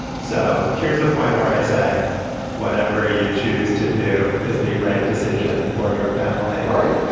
so here's the point where i say whatever you choose to do is the right decision for your family right.